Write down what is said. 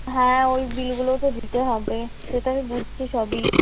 হ্যাঁ ওই বিলগুলোও তো দিতে হবে সেটা আমি বুঝছি সবই